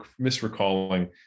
misrecalling